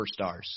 superstars